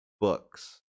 books